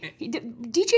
DJ